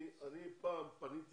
אני פעם פניתי